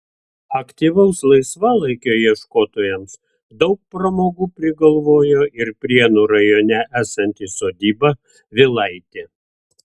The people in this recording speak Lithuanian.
aktyvaus laisvalaikio ieškotojams daug pramogų prigalvojo ir prienų rajone esanti sodyba vilaitė